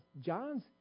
John's